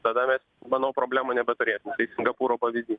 tada mes manau problemų nebeturėsim singapūro pavyzdys